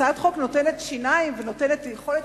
הצעת חוק נותנת שיניים ויכולת